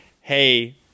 Hey